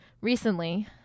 recently